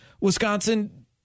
Wisconsin